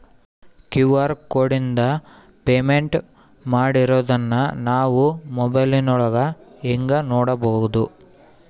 QR ಕೋಡಿಂದ payment ಮಾಡಿರೋದನ್ನ ನಾವು ಮೊಬೈಲಿನೊಳಗ ಹೆಂಗ ನೋಡಬಹುದು?